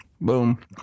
Boom